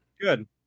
good